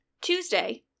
Tuesday